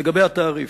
לגבי התעריף.